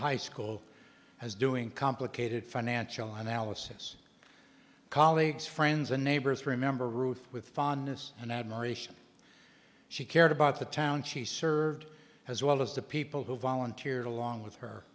high school as doing complicated financial analysis colleagues friends and neighbors remember ruth with fondness and admiration she cared about the town she served as well as the people who volunteered along with